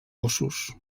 gossos